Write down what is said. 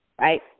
right